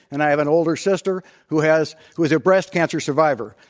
and i have an older sister who has who is a breast cancer survivor,